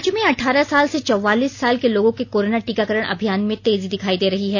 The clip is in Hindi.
राज्य में अठारह साल से चौवालीस साल के लोगों के कोरोना टीकाकरण अभियान में तेजी दिखायी दे रही है